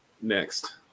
next